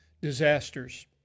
disasters